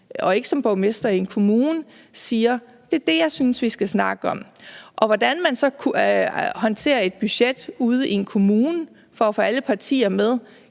og ikke som borgmester i en kommune siger er det, jeg synes vi skal snakke om. Hvordan man så kunne håndtere et budget ude i en kommune for at få alle partier med,